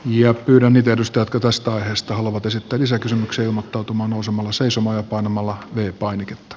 ja pyytänyt edustaa tutuista aiheista haluavat esittää lisäkysymyksiä ilmottautumaan samalla seisomaan ja panemalla tee rahoitusta